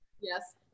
Yes